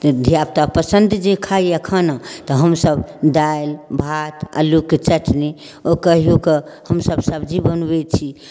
धिया पुता पसन्द जे खाइया खाना तऽ हमसब दालि भात आलू के चटनी आ कहियो कऽ हमसब सब्जी बनबै छी